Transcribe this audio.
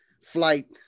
flight